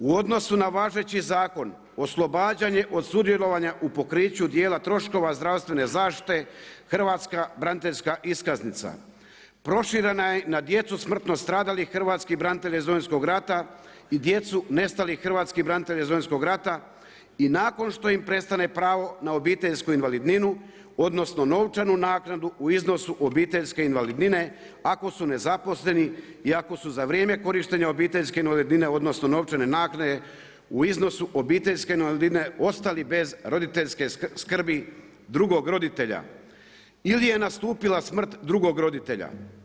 U odnosu na važeći zakon oslobađanje od sudjelovanja u pokriću dijela troškova zdravstvene zaštite Hrvatska braniteljska iskaznica proširena je na djecu smrtno stradalih hrvatskih branitelja iz Domovinskog rata i djecu nestalih hrvatskih branitelja iz Domovinskog rata i nakon što im prestane pravo na obitelju invalidninu odnosno novčanu naknadu u iznosu obiteljske invalidnine ako su nezaposleni i ako su za vrijeme korištenja obiteljske invalidnine odnosno novčane naknade u iznosu obiteljske invalidnine ostali bez roditeljske skrbi drugog roditelja ili je nastupila smrt drugog roditelja.